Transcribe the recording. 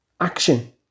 action